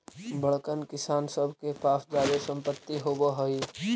बड़कन किसान सब के पास जादे सम्पत्ति होवऽ हई